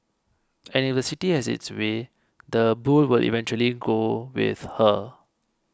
and if the city has its way the bull will eventually go with her